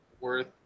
worth